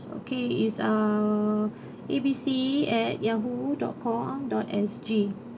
okay is uh A B C at yahoo dot com dot S G